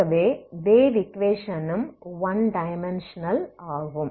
ஆகவே வேவ் ஈக்வேஷனும் one dimensional ஆகும்